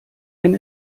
wenn